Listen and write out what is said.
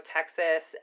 Texas